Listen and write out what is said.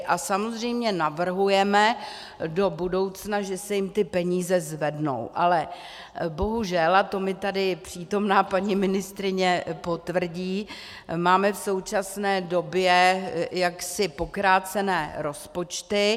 A samozřejmě navrhujeme do budoucna, že se jim ty peníze zvednou, ale bohužel, a to mi tady přítomná paní ministryně potvrdí, máme v současné době jaksi pokrácené rozpočty.